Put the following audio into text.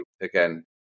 again